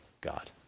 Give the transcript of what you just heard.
God